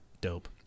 Dope